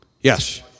Yes